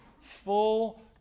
full